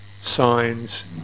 signs